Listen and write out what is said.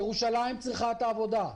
ירושלים צריכה את העבודה,